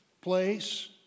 place